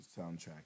soundtrack